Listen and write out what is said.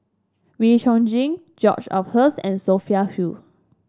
Wee Chong Jin George Oehlers and Sophia Hull